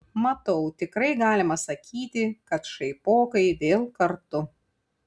matau tikrai galima sakyti kad šaipokai vėl kartu